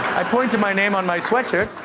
i point to my name on my sweatshirt.